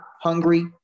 hungry